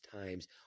times